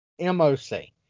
moc